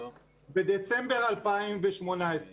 בדצמבר 2018,